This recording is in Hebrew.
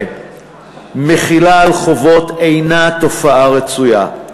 מחילה על חובות אינה תופעה רצויה,